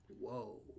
Whoa